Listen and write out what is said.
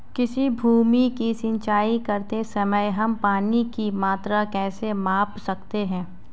किसी भूमि की सिंचाई करते समय हम पानी की मात्रा कैसे माप सकते हैं?